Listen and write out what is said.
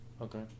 okay